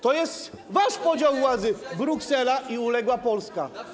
To jest wasz podział władzy: Bruksela i uległa Polska.